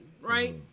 right